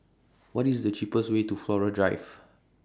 What IS The cheapest Way to Flora Drive